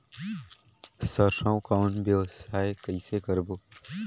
सरसो कौन व्यवसाय कइसे करबो?